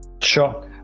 Sure